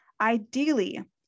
ideally